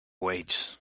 weights